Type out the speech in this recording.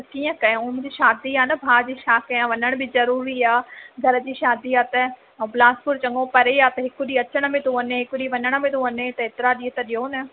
त कीअं कयूं मुंहिंजी शादी आहे न भाउ जी शा कयां वरी वञण बि ज़रूरी आ्हे घर जी शादी आहे त ऐं बिलासपुर चङो परे आहे त हिक ॾींहुं अचण में थो वञे हिक ॾींहुं वञण में थो वञे त हेतिरा ॾींहं त ॾियो न